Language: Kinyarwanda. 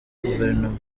gouvernement